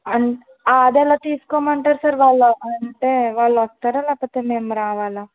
అం అదెలా తీసుకోమంటారు సార్ వాళ్ అంటే వాళ్ళు వస్తారా లేకపోతే మేము రావాలా